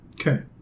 Okay